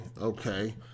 Okay